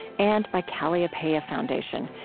and by kalliopeia foundation,